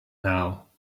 now